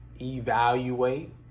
Evaluate